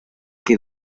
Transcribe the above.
que